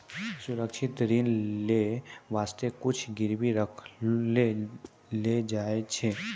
सुरक्षित ऋण लेय बासते कुछु गिरबी राखै ले लागै छै